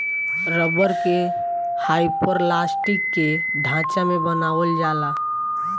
rubber के hyperelastic के ढांचा में बनावल जाला